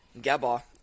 gaba